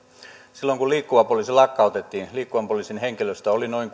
silloin kun liikkuva poliisi lakkautettiin liikkuvan poliisin henkilöstöä oli noin